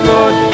Lord